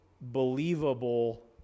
believable